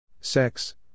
Sex